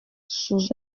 sous